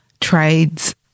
Trades